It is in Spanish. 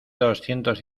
doscientos